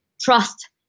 trust